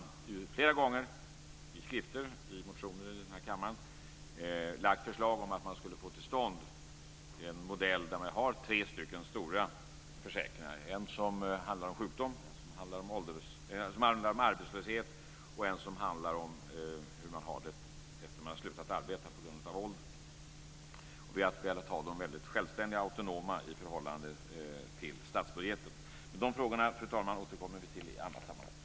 Vi har flera gånger i motioner här i kammaren lagt fram förslag om att få till stånd en modell med tre stora försäkringar - en som gäller sjukdom, en som gäller arbetslöshet och en som gäller förhållandena efter det att man har slutat arbeta på grund av ålder. Det finns skäl för att de ska vara väldigt självständiga i förhållande till statsbudgeten. Fru talman! Vi återkommer till de frågorna i andra sammanhang.